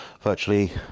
virtually